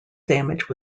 damage